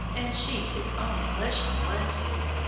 and she his own flesh and blood, too.